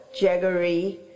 jaggery